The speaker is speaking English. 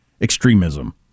extremism